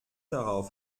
darauf